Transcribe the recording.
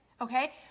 okay